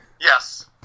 Yes